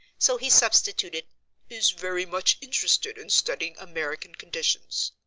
so he substituted is very much interested in studying american conditions.